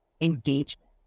engagement